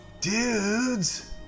Dudes